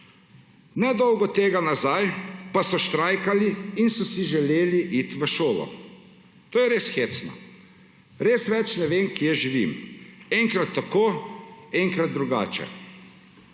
nedolgo tega nazaj pa so štrajkali in so si želeli iti v šolo. To je res hecno, res več ne vem, kje živim. Enkrat tako, enkrat drugače.